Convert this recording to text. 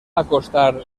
acostar